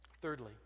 Thirdly